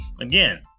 Again